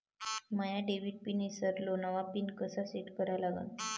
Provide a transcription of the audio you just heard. माया debit pin ईसरलो, नवा pin कसा सेट करा लागन?